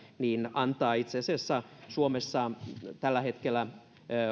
antaa itse asiassa suomessa tällä hetkellä